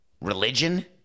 religion